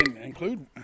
include